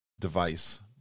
device